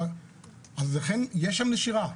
לכן יש שם נשירה.